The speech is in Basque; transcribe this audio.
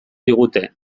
digute